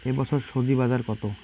এ বছর স্বজি বাজার কত?